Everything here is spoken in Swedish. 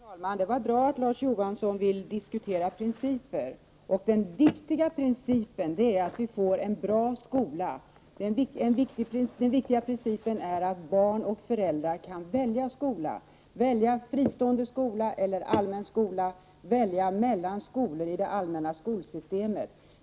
Prot. 1988/89:60 Herr talman! Det är bra att Larz Johansson vill diskutera principer. Och 2 februari 1989 den viktiga principen är att vi får en bra skola. Den viktiga principen är att barn och föräldrar kan välja skola — välja fristående skola eller allmän skola eller välja mellan skolor i det allmänna skolsystemet.